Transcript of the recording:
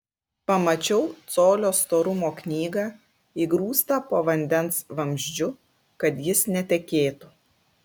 pamačiau colio storumo knygą įgrūstą po vandens vamzdžiu kad jis netekėtų